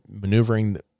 maneuvering